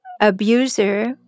abuser